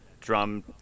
drum